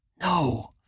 No